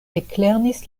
eklernis